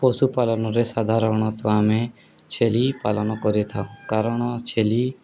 ପଶୁପାଳନରେ ସାଧାରଣତଃ ଆମେ ଛେଳି ପାଳନ କରିଥାଉ କାରଣ ଛେଳି